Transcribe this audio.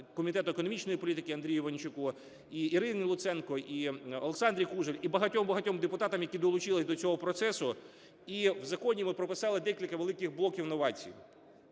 Комітету економічної політики Андрію Іванчуку, і Ірині Луценко, і Олександрі Кужель, і багатьом-багатьом депутатам, які долучилися до цього процесу. І в законі ми прописали декілька великих блоків новацій.